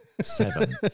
seven